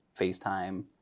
FaceTime